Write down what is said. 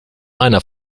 einer